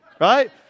right